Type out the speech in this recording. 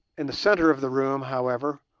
in the centre of the room, however,